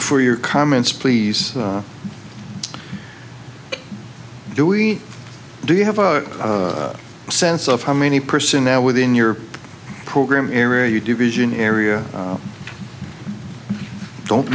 for your comments please do we do you have a sense of how many person now within your program area you division area don't